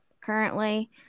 currently